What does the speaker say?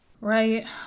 Right